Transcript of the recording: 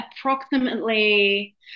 approximately